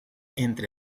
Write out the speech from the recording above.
entre